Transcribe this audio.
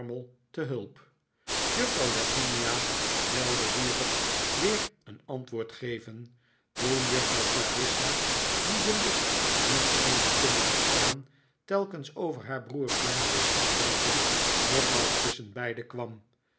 te hulp juffrouw lavinia wilde hierop weer een antwoord geven toen juffrouw clarissa die den lust niet scheen te kunnen weerstaan telkens over haar broer francis te spreken nogmaals tusschenbeide kwam